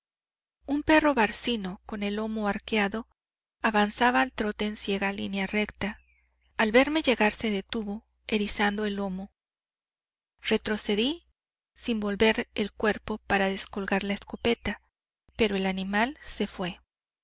un perro barcino con el lomo arqueado avanzaba al trote en ciega línea recta al verme llegar se detuvo erizando el lomo retrocedí sin volver el cuerpo para descolgar la escopeta pero el animal se fué